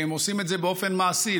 והם עושים את זה באופן מעשי,